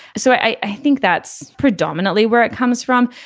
so i think that's predominantly where it comes from.